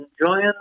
enjoying